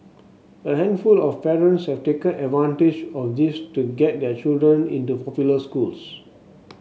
a handful of parents have taken advantage of this to get their children into popular schools